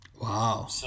Wow